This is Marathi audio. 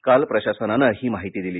काल प्रशासनानं ही माहिती दिली